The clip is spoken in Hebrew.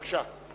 בבקשה.